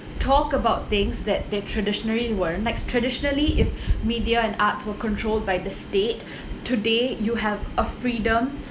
talk about things that they traditionally weren't like traditionally if media and arts were controlled by the state today you have a freedom